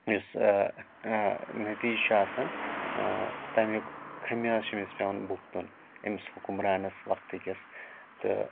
یُس نٔتیٖج چھُ آسان تَمیُک خامیاض چھُ پٮ۪وان أمِس بُگتُن أمِس حُکُمرانَس وَقتہٕ کِس تہٕ